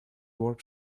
warp